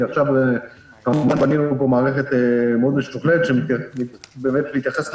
כי עכשיו בנינו מערכת מאוד משוכללת שבאמת מתייחסת